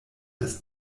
des